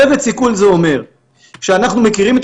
צוות סיכול זה אומר שאנחנו מכירים את